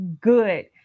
good